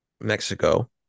Mexico